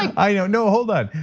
i know. hold on,